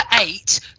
eight